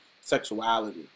sexuality